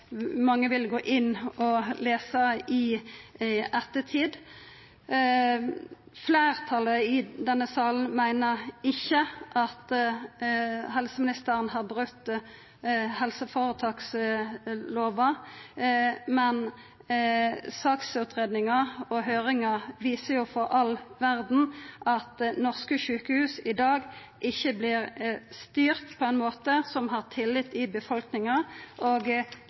lesa om i ettertid. Fleirtalet i denne salen meiner ikkje at helseministeren har brote helseføretakslova, men saksutgreiinga og høyringa viser for all verda at norske sjukehus i dag ikkje vert styrte på ein måte som har tillit i befolkninga – og